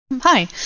Hi